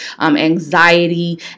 anxiety